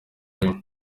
rimwe